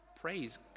Praise